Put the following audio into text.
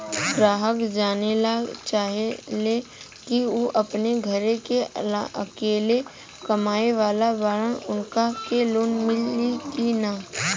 ग्राहक जानेला चाहे ले की ऊ अपने घरे के अकेले कमाये वाला बड़न उनका के लोन मिली कि न?